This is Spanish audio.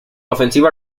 ofensiva